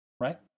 right